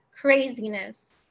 craziness